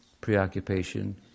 preoccupation